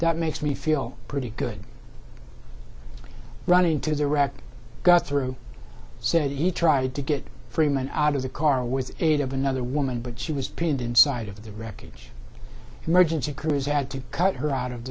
that makes me feel pretty good running to the rock got through said each tried to get freeman out of the car with eight of another woman but she was pinned inside of the wreckage emergency crews had to cut her out of